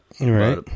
right